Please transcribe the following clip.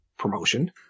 promotion